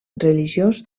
religiós